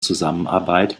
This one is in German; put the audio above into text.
zusammenarbeit